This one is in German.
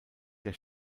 der